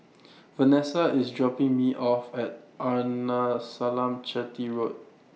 Vanessa IS dropping Me off At Arnasalam Chetty Road